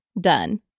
done